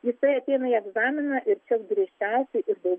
jisai ateina į egzaminą ir čia griežčiausiai ir dar